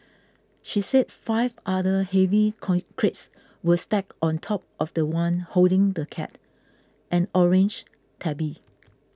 she said five other heavy con crates were stacked on top of the one holding the cat an orange tabby